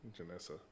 Janessa